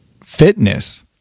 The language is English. fitness